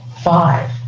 Five